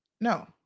No